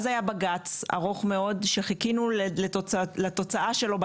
אז היה בג"צ ארוך מאוד וחיכינו לתוצאה שלו.